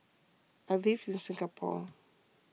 I live in Singapore